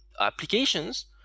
applications